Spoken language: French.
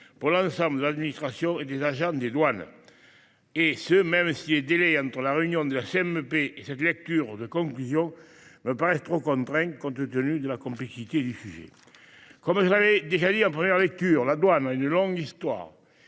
pour l’ensemble de l’administration et des agents des douanes, et cela même si les délais entre la réunion de la commission mixte paritaire et cette lecture de conclusions me paraissent trop contraints, compte tenu de la complexité du sujet. Comme je l’ai souligné en première lecture, la douane a une longue histoire